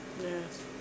Yes